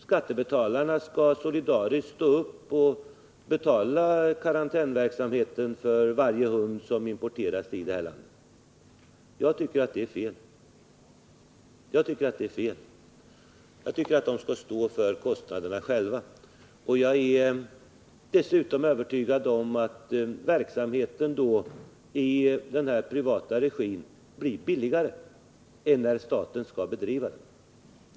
Skattebetalarna skall solidariskt stå upp och betala karantän för varje hund som importeras till det här landet. Jag tycker att det är fel. Jag tycker att de som importerar hundarna skall stå för kostnaderna själva. Jag är dessutom övertygad om att verksamheten i privat regi blir billigare än när staten skall bedriva den.